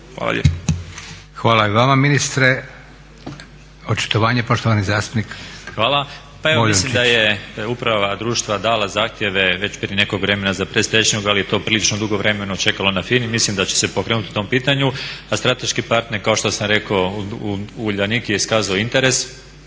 Hvala i vama ministre. Očitovanje poštovani zastupnik. **Boljunčić, Valter (IDS)** Hvala. Pa evo mislim da je uprava društva dala zahtjeve već prije nekog vremena za predstečaj ali je to prilično dugo vremena čekalo na FINA-i. Mislim da će se pokrenuti po tom pitanju. A strateški partner kao što sam rekao Uljanik je iskazao interes,